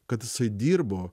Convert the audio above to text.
kad jisai dirbo